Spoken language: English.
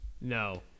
no